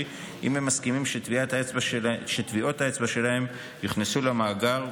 אם הם מסכימים שטביעות האצבע שלהם יוכנסו למאגר,